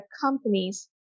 companies